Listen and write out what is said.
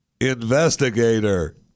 Investigator